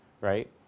right